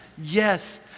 yes